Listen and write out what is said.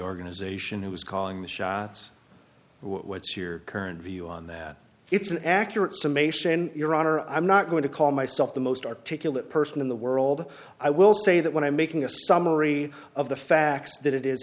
organization who is calling the shots what's your current view on that it's an accurate summation your honor i'm not going to call myself the most articulate person in the world i will say that when i'm making a summary of the facts that it is